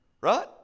Right